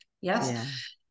Yes